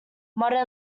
modern